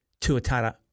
Tuatara